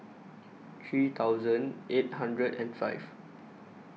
three thousand eight hundred and five